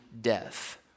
death